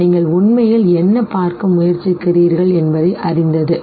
நீங்கள் உண்மையில் என்ன பார்க்க முயற்சிக்கிறீர்கள் என்பதை அறிந்தது சரி